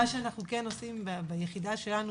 מה שאנחנו כן עושים ביחידה שלנו